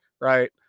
right